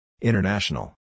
International